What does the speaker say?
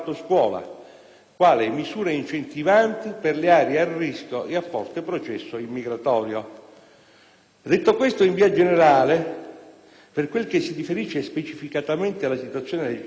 quali misure incentivanti per le aree a rischio e a forte processo immigratorio. Detto questo in via generale, per quel che si riferisce specificamente alla situazione della città di Torino,